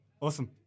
Awesome